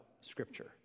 Scripture